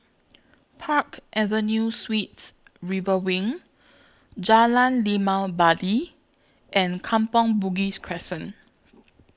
Park Avenue Sweets River Wing Jalan Limau Bali and Kampong Bugis Crescent